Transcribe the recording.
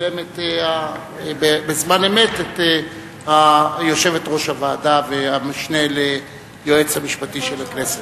צילם בזמן אמת את יושבת-ראש הוועדה והמשנה ליועץ המשפטי של הכנסת.